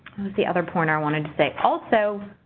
was the other point i wanted to say? also,